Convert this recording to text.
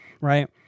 right